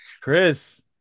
Chris